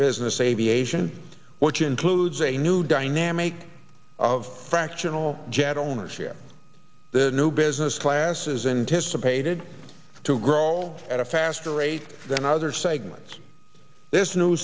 business aviation which includes a new dynamic of fractional jet ownership the new business classes in to some pated to grow at a faster rate than other segments this new